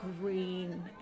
green